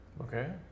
Okay